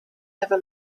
never